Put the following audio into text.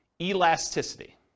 elasticity